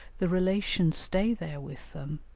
the relations stay there with them,